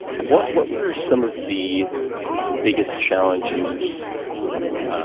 what what were some of the biggest challenges